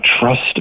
trust